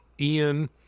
Ian